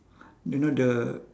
you know the